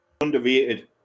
underrated